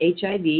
HIV